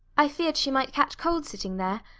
i feared she might catch cold sitting there,